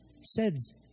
says